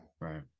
Right